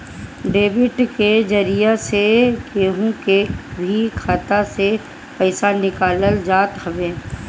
debit के जरिया से केहू के भी खाता से पईसा निकालल जात हवे